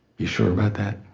you're sure about that?